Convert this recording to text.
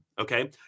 okay